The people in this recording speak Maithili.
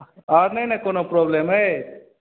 आओर नहि ने कोनो प्रॉब्लम अइ